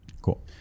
Cool